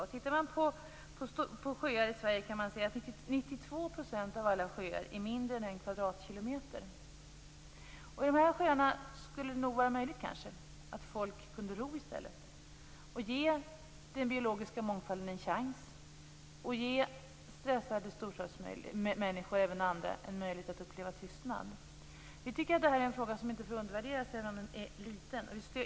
Om man tittar på sjöar i Sverige kan se att 92 % många av de här sjöarna skulle det kanske vara möjligt för folk att ro i stället och ge den biologiska mångfalden en chans och ge stressade storstadsmänniskor och även andra möjlighet att uppleva tystnad. Vi tycker att det är en fråga som inte får undervärderas, även om den är liten.